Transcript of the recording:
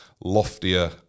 loftier